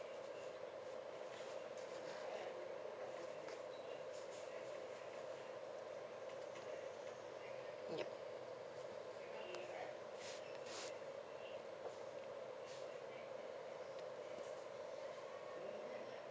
yup